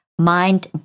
mind